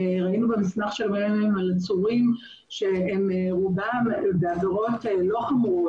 במסמך של מרכז המחקר שרובם של העצורים הם לא בעבירות חמורות.